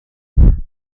for